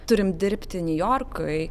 turim dirbti niujorkui